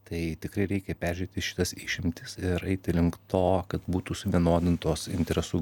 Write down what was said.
tai tikrai reikia peržiūrėti šitas išimtis ir eiti link to kad būtų suvienodintos interesų